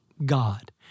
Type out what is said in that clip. God